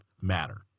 matter